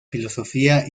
filosofía